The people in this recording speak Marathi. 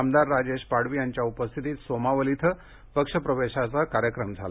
आमदार राजेश पाडवी यांच्या उपस्थितीत सोमावल इथे पक्षप्रवेशाचा कार्यक्रम झाला